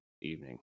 evening